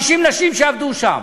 50 נשים עבדו שם.